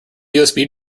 usb